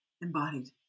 embodied